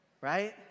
right